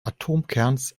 atomkerns